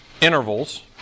intervals